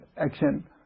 action